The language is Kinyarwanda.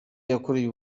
yakoreye